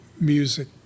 music